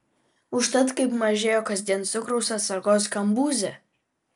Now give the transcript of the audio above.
užtat kaip mažėjo kasdien cukraus atsargos kambuze